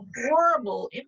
horrible